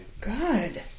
God